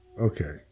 Okay